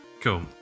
cool